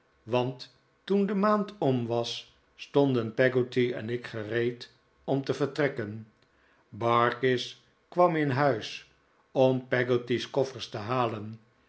want toen de maand om was stonden peggotty en ik gereed om te vertrekken barkis kwam in huis om peggotty's koffers te halen